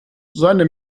seine